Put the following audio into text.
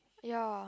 ya